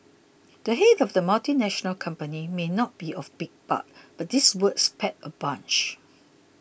the head of the multinational company may not be of big bulk but his words pack a punch